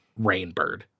Rainbird